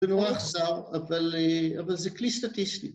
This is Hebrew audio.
זה נורא אכזר אבל זה כלי סטטיסטי